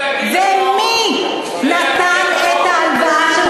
הוא לקח הלוואה,